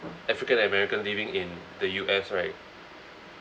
african american living in the U_S right